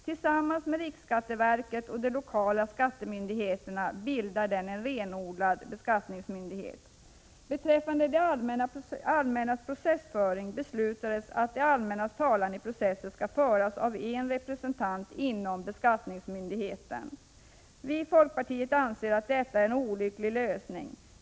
Tillsammans med riksskatteverket och de lokala skattemyndigheterna utgör den en renodlad beskattningsmyndighet. Beträffande det allmännas processföring beslutades att det allmännas talan i processer skall föras av en representant inom beskattningsmyndigheten. Vi i folkpartiet anser att detta är en olycklig lösning.